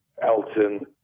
Elton